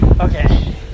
okay